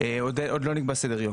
עוד לא נקבע סדר יום.